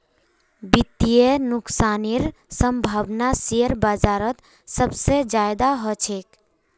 वित्तीय नुकसानेर सम्भावना शेयर बाजारत सबसे ज्यादा ह छेक